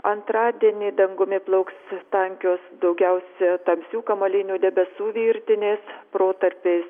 antradienį dangumi plauks tankios daugiausia tamsių kamuolinių debesų virtinės protarpiais